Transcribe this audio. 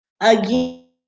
Again